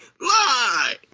Lie